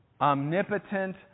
omnipotent